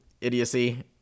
idiocy